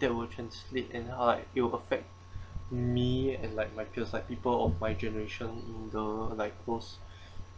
that will translate and how like it will affect me and like my peers like people of my generation the like was